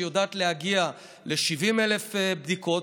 שיודעת להגיע ל-70,000 בדיקות.